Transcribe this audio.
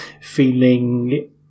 feeling